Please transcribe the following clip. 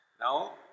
now